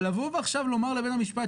אבל לבוא עכשיו לומר לבית המשפט,